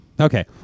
Okay